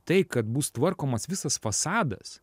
tai kad bus tvarkomas visas fasadas